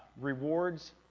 rewards